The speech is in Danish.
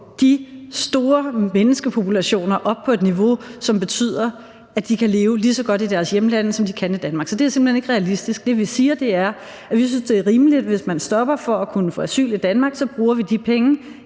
de store menneskepopulationer op på et niveau, som betyder, at de kan leve lige så godt i deres hjemlande, som de kan i Danmark. Så det er simpelt hen ikke realistisk. Det, vi siger, er, at vi synes, det er rimeligt, hvis man stopper for at kunne få asyl i Danmark; så bruger vi de penge